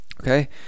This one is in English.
okay